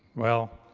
well,